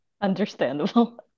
Understandable